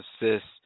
assists